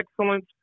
excellence